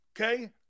Okay